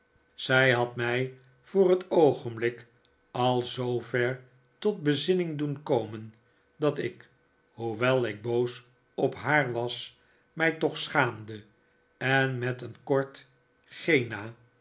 zij had mij voor het oogenblik al zoover tot bezinning doen komen dat ik hoewel ik boos op haar was mij toch schaamde en met een kort